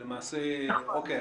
אתם למעשה משגיחים,